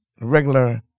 regular